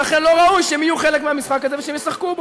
ולכן לא ראוי שהם יהיו חלק מהמשחק הזה ושהם ישחקו בו.